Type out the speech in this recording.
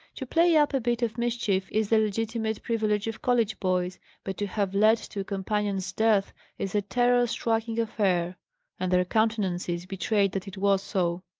to play up a bit of mischief is the legitimate privilege of college boys but to have led to a companion's death is a terror-striking affair and their countenances betrayed that it was so.